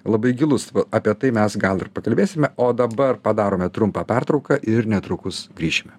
labai gilus apie tai mes gal ir pakalbėsime o dabar padarome trumpą pertrauką ir netrukus grįšime